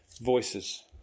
voices